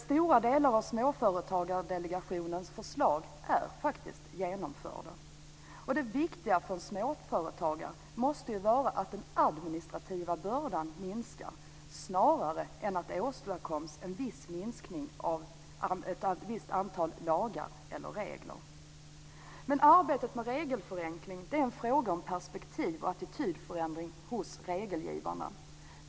Många av Småföretagsdelegationens förslag är faktiskt genomförda. Det viktiga för en småföretagare måste vara att den administrativa bördan minskar, snarare än att det åstadkoms en viss minskning av antalet lagar eller regler. Men arbetet med regelförenkling är en fråga om perspektiv och attitydförändring hos regelgivarna.